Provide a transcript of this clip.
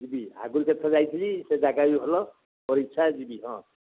ଯିବି ଆଗରୁ କେତେଥର ଯାଇଥିଲି ସେ ଯାଗା ବି ଭଲ ଯିବି ହଁ